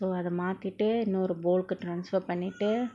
so அத மாத்திட்டு இன்னொரு:atha maathitu innoru bowl கு:ku transfer பன்னிட்டு:pannitu